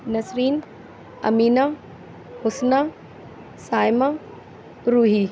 Nasreen Amina Husna Saima Roohi